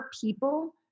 people